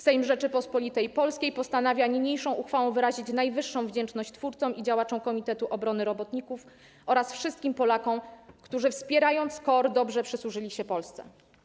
Sejm Rzeczypospolitej Polskiej postanawia niniejszą uchwałą wyrazić najwyższą wdzięczność twórcom i działaczom Komitetu Obrony Robotników oraz wszystkim Polakom, którzy wspierając KOR, dobrze przysłużyli się Polsce”